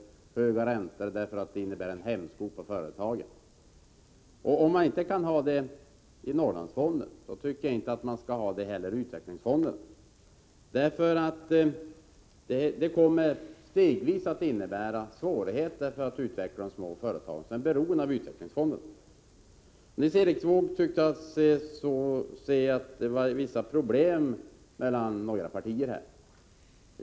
Det skulle ju vara detsamma som en hämsko på företagen. Om man inte kan ha höga avgifter i Norrlandsfonden, tycker jag att man inte heller skall ha det i utvecklingsfonden. Det blir för de små företagen stegvis svårigheter att utvecklas, eftersom de är beroende av utvecklingsfonden. Nils Erik Wååg sade att det finns problem mellan vissa partier.